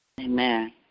Amen